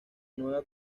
nueva